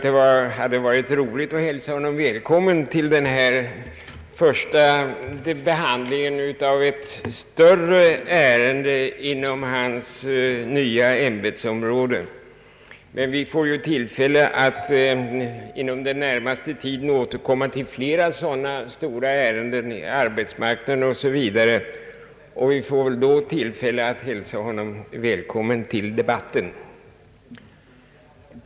Det hade varit roligt att få hälsa honom välkommen till denna första behandling av ett viktigt ärende inom hans nya ämbetsområde, men vi får tillfälle att inom den närmaste tiden återkomma till andra stora frågor beträffande arbetsmarknaden osv., och vi får väl då tillfälle att hälsa honom välkommen till debatterna.